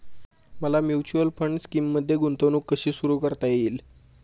मला mutual fund स्कीममध्ये गुंतवणूक कशी सुरू करता येईल?